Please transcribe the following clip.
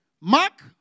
Mark